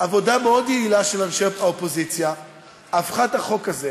עבודה מאוד יעילה של אנשי האופוזיציה הפכה את החוק הזה